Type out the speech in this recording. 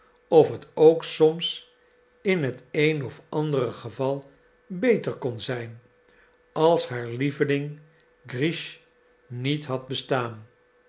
of het ook soms in het een of andere geval beter kon zijn als haar lieveling grisch niet had bestaan